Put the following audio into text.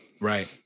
Right